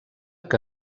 que